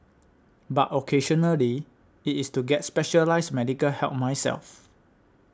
but occasionally it is to get specialised medical help myself